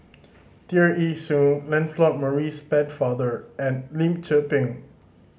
Tear Ee Soon Lancelot Maurice Pennefather and Lim Tze Peng